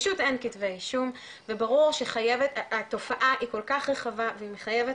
פשוט אין כתבי אישום וברור שהתופעה היא כל כך רחבה והיא מחייבת